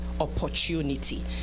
opportunity